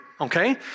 Okay